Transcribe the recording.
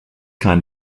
kind